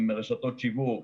עם רשתות שיווק,